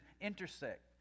intersect